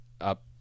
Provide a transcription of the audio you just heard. up